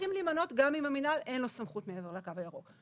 שצריכים להימנות גם אם המנהל אין לו סמכות מעבר לקו הירוק,